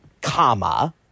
comma